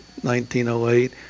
1908